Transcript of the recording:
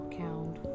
count